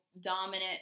dominant